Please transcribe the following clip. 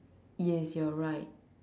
yes you are right